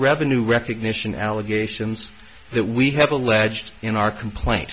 revenue recognition allegations that we have alleged in our complain